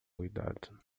cuidado